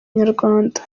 inyarwanda